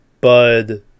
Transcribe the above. Bud